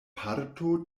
parto